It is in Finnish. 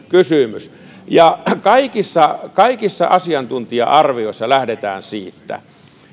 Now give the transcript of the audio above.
kysymys ja kaikissa kaikissa asiantuntija arvioissa lähdetään siitä